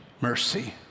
mercy